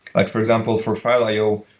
like for example, for file io,